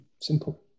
simple